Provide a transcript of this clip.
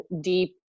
deep